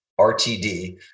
RTD